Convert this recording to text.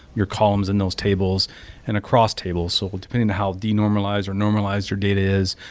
your columns in those tables and across tables. so depending to how denormalized or normalize your data is,